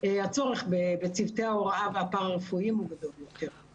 הצורך בצוותי ההוראה והפרה-רפואיים הוא גדול יותר.